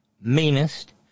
meanest